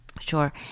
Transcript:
Sure